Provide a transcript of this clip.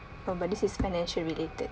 but but this is financial related